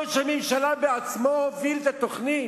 ראש הממשלה בעצמו הוביל את התוכנית.